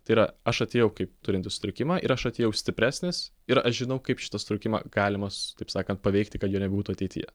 tai yra aš atėjau kaip turintis sutrikimą ir aš atėjau stipresnis ir aš žinau kaip šitą sutrikimą galimas taip sakant paveikti kad jo nebūtų ateityje